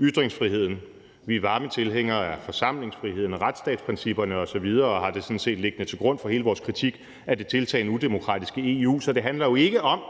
ytringsfriheden. Vi er varme tilhængere af forsamlingsfriheden, retsstatsprincipperne osv. og har det sådan set liggende til grund for hele vores kritik af det tiltagende udemokratiske EU. Så det handler jo ikke om,